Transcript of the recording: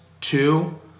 two